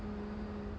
mm